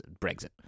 Brexit